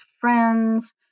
friends